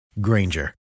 Granger